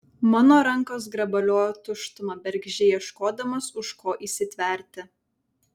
mano rankos grabaliojo tuštumą bergždžiai ieškodamos už ko įsitverti